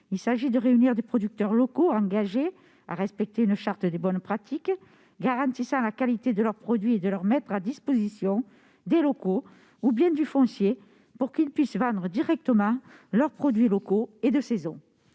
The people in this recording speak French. il s'agit de réunir des producteurs qui s'engagent à respecter une charte des bonnes pratiques garantissant la qualité de leurs produits, et de mettre à leur disposition des locaux ou du foncier pour qu'ils puissent vendre directement leurs produits de saison.